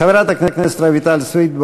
חברת הכנסת רויטל סויד,